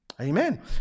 Amen